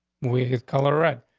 we have color red,